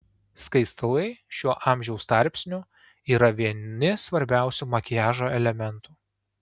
skaistalai šiuo amžiaus tarpsniu yra vieni svarbiausių makiažo elementų